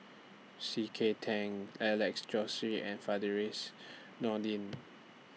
C K Tang Alex Josey and Firdaus Nordin